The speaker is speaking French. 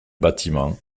bâtiment